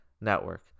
Network